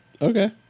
Okay